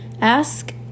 Ask